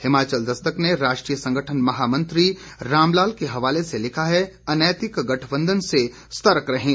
हिमाचल दस्तक ने राष्ट्रीय संगठन महामंत्री रामलाल के हवाले से लिखा है अनैतिक गठबंधन से सर्तक रहें